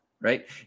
right